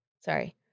Sorry